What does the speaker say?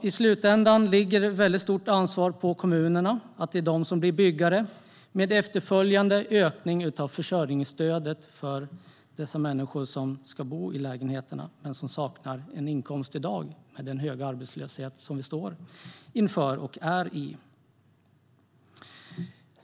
I slutändan vilar det ett stort ansvar på kommunerna, att de blir byggare, med efterföljande ökning av försörjningsstödet för de människor som ska bo i lägenheterna men som i dag saknar en inkomst, med den höga arbetslöshet som vi är i.